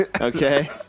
Okay